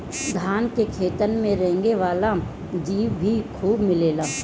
धान के खेतन में रेंगे वाला जीउ भी खूब मिलेलन